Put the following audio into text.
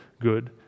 good